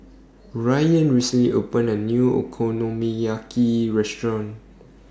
Ryann recently opened A New Okonomiyaki Restaurant